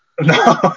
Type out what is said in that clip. No